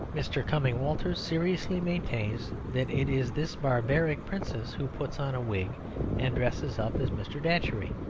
mr. cumming walters seriously maintains that it is this barbaric princess who puts on a wig and dresses up as mr. datchery.